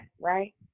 right